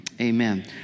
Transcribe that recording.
amen